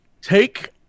Take